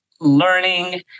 learning